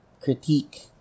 critique